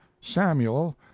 Samuel